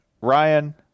Ryan